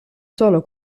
solo